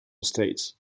states